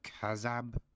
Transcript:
Kazab